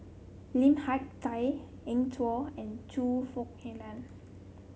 Lim Hak Tai Eng Tow and Choe Fook Alan